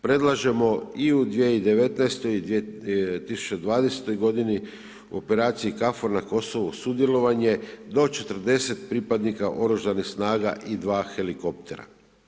Predlažemo i u 2019.g. i u 2020.g. u operaciji KFOR na Kosovu sudjelovanje do 40 pripadnika oružanih snaga i 2 helikoptera.